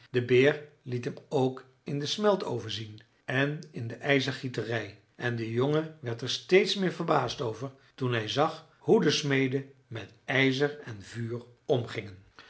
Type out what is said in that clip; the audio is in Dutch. de beer liet hem ook in den smeltoven zien en in de ijzergieterij en de jongen werd er steeds meer verbaasd over toen hij zag hoe de smeden met ijzer en vuur omgingen